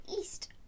east